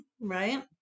right